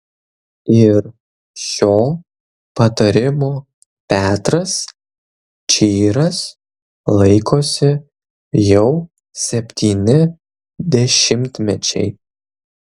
ir šio patarimo petras čyras laikosi jau septyni dešimtmečiai